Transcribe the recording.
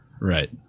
Right